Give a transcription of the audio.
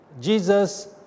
Jesus